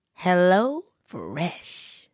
HelloFresh